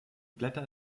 blätter